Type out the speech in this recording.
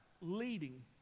leading